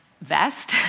vest